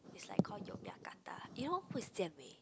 it's like call Yogyakarta you know who is Jian-Wei